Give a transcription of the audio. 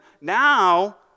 Now